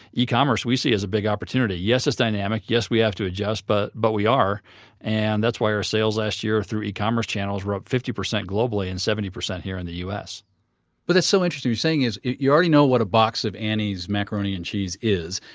e-commerce we see as a big opportunity. yes it's dynamic, yes we have to adjust but but we are and that's why our sales last year through e-commerce channels were up fifty percent globally and seventy percent here in the u s but that's so interesting, saying is you already know what a box of annie's macaroni and cheese is.